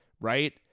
right